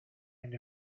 and